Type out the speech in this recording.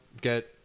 get